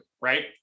right